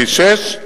כביש 6,